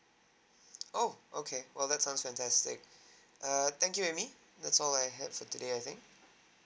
oh okay well that sounds fantastic err thank you amy that's all I had for today I think